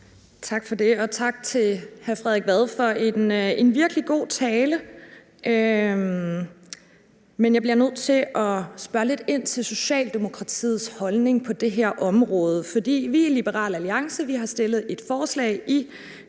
Tak for det, og tak til hr. Frederik Vad for en virkelig god tale. Men jeg bliver nødt til at spørge lidt ind til Socialdemokratiets holdning på det her område, for vi i Liberal Alliance har stillet et forslag i